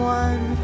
one